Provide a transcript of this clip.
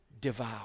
devour